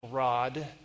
rod